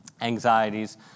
anxieties